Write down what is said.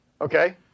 Okay